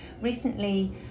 Recently